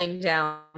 down